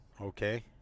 Okay